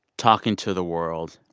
talking to the world.